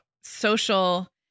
social